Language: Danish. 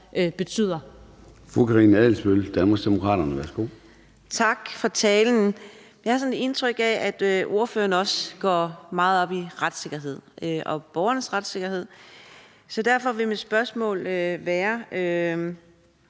Gade): Fru Karina Adsbøl, Danmarksdemokraterne. Værsgo. Kl. 23:44 Karina Adsbøl (DD): Tak for talen. Jeg har indtryk af, at ordføreren også går meget op i retssikkerhed og borgernes retssikkerhed, så derfor vil mit spørgsmål være